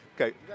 Okay